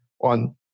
on